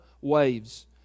waves